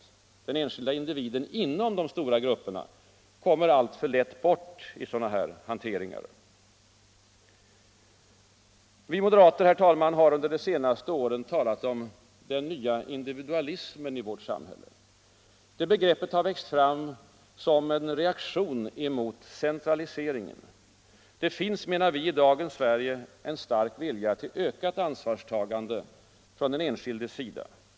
Den enskilda individen inom de stora grupperna kommer alltför lätt bort i en sådan här hantering. Herr talman! Vi moderater har under de senaste åren talat om en ”ny individualism” i vårt samhälle. Begreppet har växt fram som en reaktion mot centraliseringen. Det finns, menar vi, i dagens Sverige en stark vilja till ökat ansvarstagande från den enskildes sida.